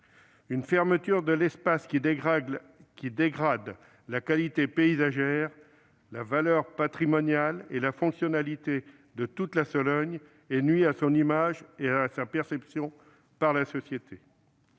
une fermeture de l'espace qui dégrade la qualité paysagère, la valeur patrimoniale et la fonctionnalité de toute la Sologne et nuit à son image et à sa perception par la société